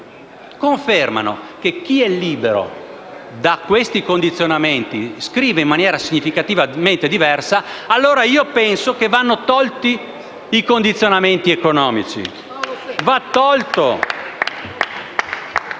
confermano che chi è libero da questi condizionamenti scrive in maniera significativamente diversa, penso allora che vadano tolti i condizionamenti economici. *(Applausi